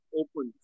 open